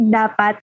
dapat